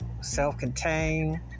self-contained